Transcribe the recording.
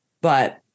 But-